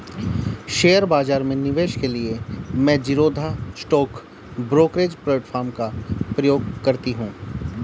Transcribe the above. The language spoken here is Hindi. शेयर बाजार में निवेश के लिए मैं ज़ीरोधा स्टॉक ब्रोकरेज प्लेटफार्म का प्रयोग करती हूँ